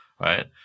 right